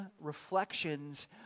reflections